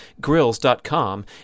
grills.com